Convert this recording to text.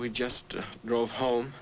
we just drove home